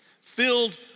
filled